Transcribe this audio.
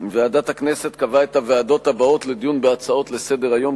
ועדת הכנסת קבעה את הוועדות הבאות לדיון בהצעות לסדר-היום,